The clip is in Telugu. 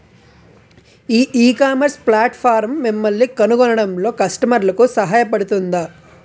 ఈ ఇకామర్స్ ప్లాట్ఫారమ్ మిమ్మల్ని కనుగొనడంలో కస్టమర్లకు సహాయపడుతుందా?